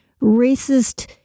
racist